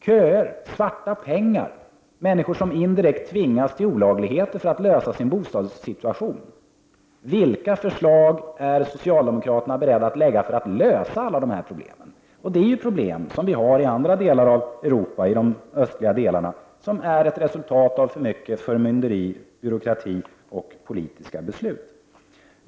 Köer, svarta pengar, människor som indirekt tvingas till olagligheter för att lösa sin bostadssituation. Vilka förslag är socialdemokraterna beredda att lägga fram för att vi skall kunna lösa alla dessa problem? Detta är problem som finns i andra delar av Europa, i de östliga delarna, problem som är ett resultat av för mycket förmynderi, byråkrati och politiska beslut.